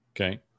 Okay